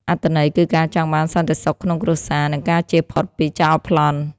អត្ថន័យគឺការចង់បានសន្តិសុខក្នុងគ្រួសារ និងការជៀសផុតពីចោរប្លន់។